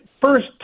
first